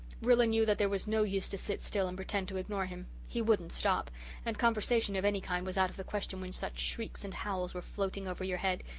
rilla knew that there was no use to sit still and pretend to ignore him. he wouldn't stop and conversation of any kind was out of the question when such shrieks and howls were floating over your head.